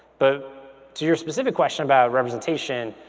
but to your specific question about representation,